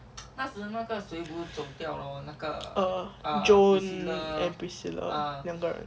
eh joan and priscilla 两个人